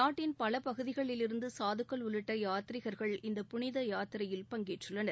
நாட்டின் பல பகுதிகளில் இருந்து சாதுக்கள் உள்ளிட்ட யாத்ரீகர்கள் இந்த புனித யாத்திரையில் பங்கேற்றுள்ளனர்